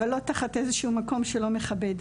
אבל לא תחת איזשהו מקום שלא מכבד.